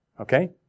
Okay